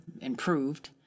improved